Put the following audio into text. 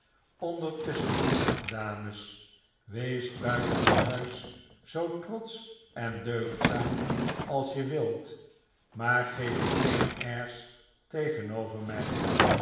ondertusschen dames weest buitenshuis zoo trotsch en deugdzaam als je wilt maar geef je geen airs tegenover mij